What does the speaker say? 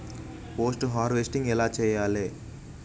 Post harvesting ఎలా చెయ్యాలే?